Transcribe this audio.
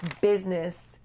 business